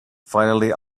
finally